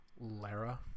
Lara